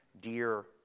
dear